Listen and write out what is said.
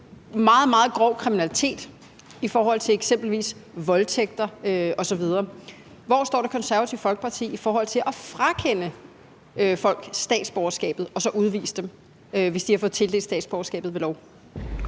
meget, meget grov kriminalitet som eksempelvis voldtægter osv. Hvor står Det Konservative Folkeparti i forhold til at frakende folk statsborgerskabet og så udvise dem, hvis de har fået tildelt statsborgerskabet ved lov?